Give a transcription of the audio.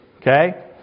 okay